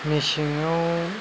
मेसेङाव